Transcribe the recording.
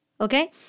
Okay